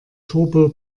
turbo